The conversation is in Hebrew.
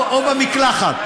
או במקלחת.